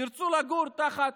ירצו לעבור תחת